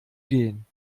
gehen